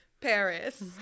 Paris